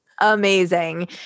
amazing